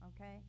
okay